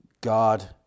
God